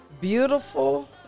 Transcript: beautiful